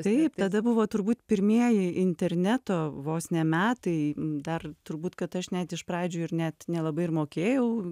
taip tada buvo turbūt pirmieji interneto vos ne metai dar turbūt kad aš net iš pradžių ir net nelabai ir mokėjau